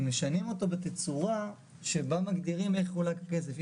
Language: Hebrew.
משנים אותו בתצורה שבה מגדירים איך יחולק הכסף.